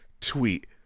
tweet